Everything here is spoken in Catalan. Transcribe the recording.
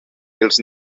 els